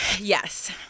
Yes